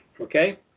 okay